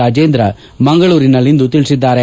ರಾಜೇಂದ್ರ ಮಂಗಳೂರಿನಲ್ಲಿಂದು ತಿಳಿಸಿದ್ದಾರೆ